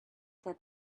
that